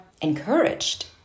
encouraged